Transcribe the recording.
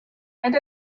and